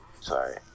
Sorry